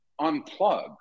unplug